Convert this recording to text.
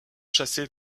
chassé